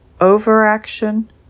overaction